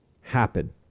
happen